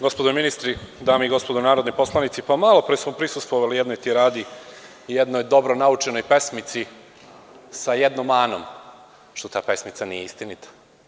Gospodo ministri, dame i gospodo narodni poslanici, malo pre smo prisustvovali jednoj tiradi, jednoj dobro naučenoj pesmici, sa jednom manom - što ta pesmica nije istinita.